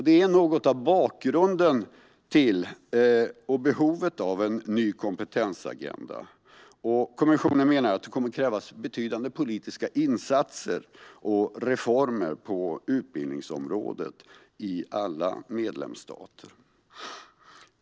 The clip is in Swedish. Det är något av bakgrunden till behovet av en ny kompetensagenda, och kommissionen menar att det kommer att krävas betydande politiska insatser och reformer på utbildningsområdet i alla medlemsstater.